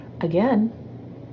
again